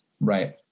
right